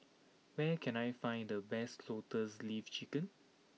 where can I find the best Lotus Leaf Chicken